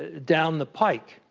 ah down the pike.